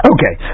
Okay